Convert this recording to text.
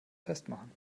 festmachen